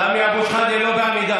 חבר הכנסת, סמי אבו שחאדה, לא בעמידה.